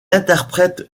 interprète